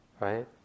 right